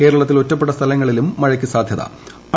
കേരളത്തിൽ ഒറ്റപ്പെട്ട സ്ഥലങ്ങളിലും മഴയ്ക്ക് സാധ്യതയുണ്ട്